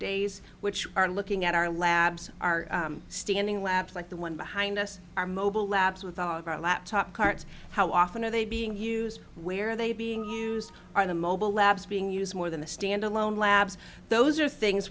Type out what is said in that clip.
days which are looking at our labs are standing labs like the one behind us our mobile labs with our laptop carts how often are they being used where are they being used are the mobile labs being used more than the standalone labs those are things